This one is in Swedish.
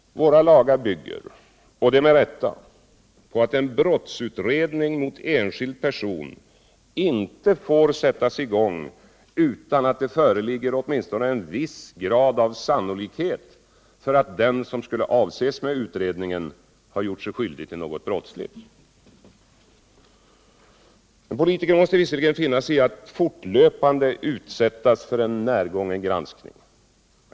Våra lagar bygger - med rätta — på att en brottsutredning mot en enskild person inte får sättas i gång utan att det föreligger åtminstone en viss grad av sannolikhet för att den som skulle avses med utredningen har gjort sig skyldig till något brottsligt. En politiker måste visserligen finna sig i att fortlöpande utsättas för en närgången granskning.